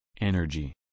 Energy